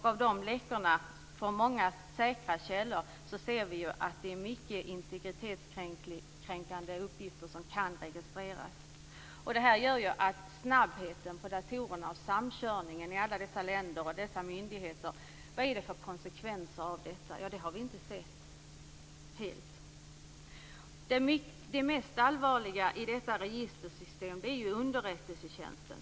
Av de läckorna, från många säkra källor, ser vi att det är mycket integritetskränkande uppgifter som kan registreras. Med tanke på snabbheten på datorerna och samkörningen i alla dessa länder mellan dessa myndigheter, kan man fråga: Vad blir det för konsekvenser av detta? Det har vi inte sett helt. Det mest allvarliga i detta registersystem är ju underrättelsetjänsten.